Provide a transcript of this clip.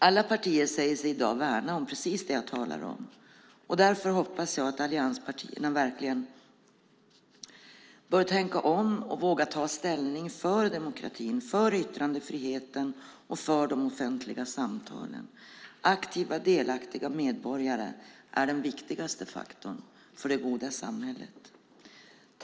Alla partier säger sig i dag värna om precis det jag talar om. Därför hoppas jag att allianspartierna verkligen tänker om och vågar ta ställning för demokratin, för yttrandefriheten och för de offentliga samtalen. Aktiva, delaktiga medborgare är den viktigaste faktorn för det goda samhället.